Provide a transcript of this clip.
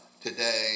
today